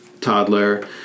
toddler